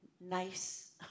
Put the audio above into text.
nice